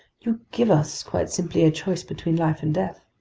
you give us, quite simply, a choice between life and death?